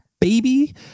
baby